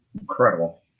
Incredible